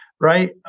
Right